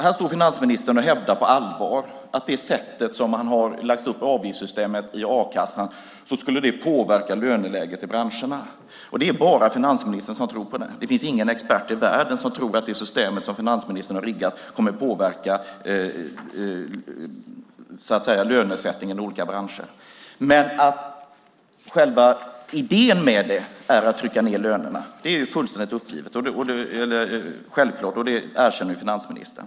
Här står finansministern och hävdar på allvar att det sätt som han har lagt upp avgiftssystemet i a-kassan på skulle påverka löneläget i branscherna. Det är bara finansministern som tror på det. Det finns ingen expert i världen som tror att det system som finansministern har riggat kommer att påverka lönesättningen i olika branscher. Att själva idén med det är att trycka ned löner är fullständigt självklart, och det erkänner finansministern.